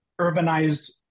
urbanized